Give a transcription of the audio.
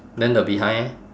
then the behind eh